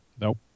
Nope